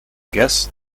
guess